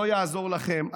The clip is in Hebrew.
לא יעזור לכם,